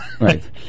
right